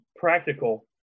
Practical